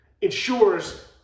ensures